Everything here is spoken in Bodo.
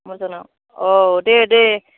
मद'ना औ दे दे